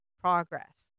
progress